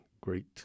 Great